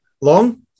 long